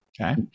Okay